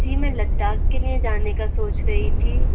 جی میں لداخ کے لیے جانے کا سوچ رہی تھی